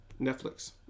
Netflix